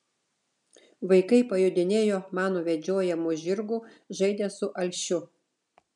vaikai pajodinėjo mano vedžiojamu žirgu žaidė su alšiu